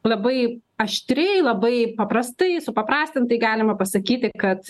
labai aštriai labai paprastai supaprastintai galima pasakyti kad